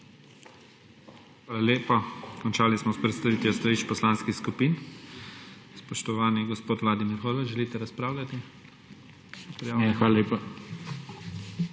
Hvala lepa. Končali smo s predstavitvijo stališč poslanskih skupin. Spoštovani gospod Vladimir Horvat, želite razpravljati? Ne. Zaključujem